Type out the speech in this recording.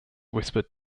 whispered